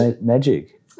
Magic